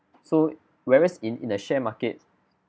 so whereas in in a share market